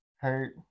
hurt